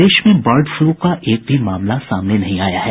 प्रदेश में bird flu का एक भी मामला सामने नहीं आया है